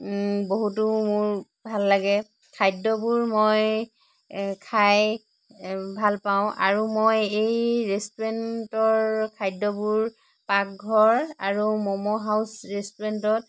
বহুতো মোৰ ভাল লাগে খাদ্যবোৰ মই খাই ভালপাওঁ আৰু মই এই ৰেষ্টুৰেণ্টৰ খাদ্যবোৰ পাকঘৰ আৰু ম'ম' হাউছ ৰেষ্টুৰেণ্টত